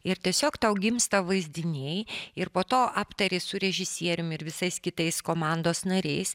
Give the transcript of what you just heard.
ir tiesiog tau gimsta vaizdiniai ir po to aptari su režisierium ir visais kitais komandos nariais